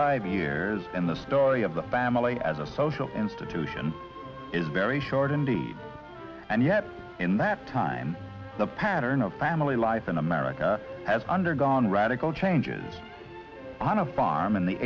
five years and the story of the family as a social institution is very short indeed and yet in that time the pattern of family life in america has undergone radical changes on a farm in the